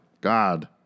God